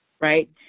right